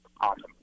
awesome